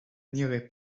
n’irai